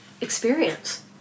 experience